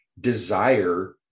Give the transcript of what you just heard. desire